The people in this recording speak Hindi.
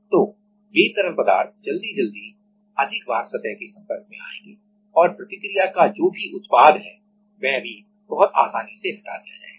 तो वे तरल पदार्थ जल्दी जल्दी अधिक बार सतह के संपर्क में आएंगे और प्रतिक्रिया का जो भी उत्पाद है वह भी बहुत आसानी से हटा दिया जाएगा